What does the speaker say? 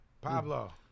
Pablo